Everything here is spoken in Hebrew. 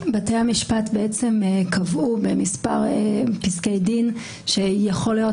בתי המשפט קבעו במספר פסקי דין שיכולות